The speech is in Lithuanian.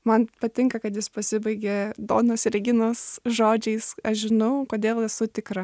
man patinka kad jis pasibaigia donos reginos žodžiais aš žinau kodėl esu tikra